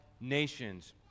nations